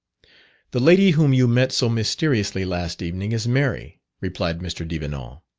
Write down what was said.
the lady whom you met so mysteriously last evening is mary, replied mr. devenant.